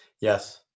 Yes